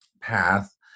path